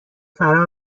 فرار